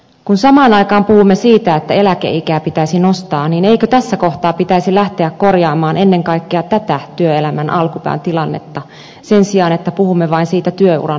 kun samaan aikaan puhumme siitä että eläkeikää pitäisi nostaa niin eikö tässä kohtaa pitäisi lähteä korjaamaan ennen kaikkea tätä työelämän alkupään tilannetta sen sijaan että puhumme vain siitä työuran loppupäästä